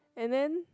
and then